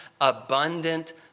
abundant